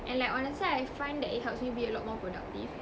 and like honestly I find that it helps me to be more productive